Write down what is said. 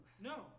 No